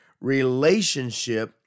relationship